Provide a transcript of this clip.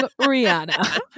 Rihanna